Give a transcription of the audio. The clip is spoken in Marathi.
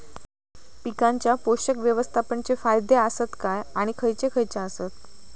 पीकांच्या पोषक व्यवस्थापन चे फायदे आसत काय आणि खैयचे खैयचे आसत?